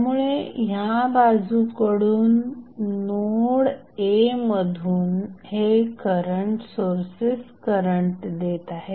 त्यामुळे ह्या बाजूकडून नोड a मधून हे करंट सोर्सेस करंट देत आहेत